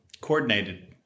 coordinated